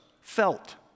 felt